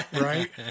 right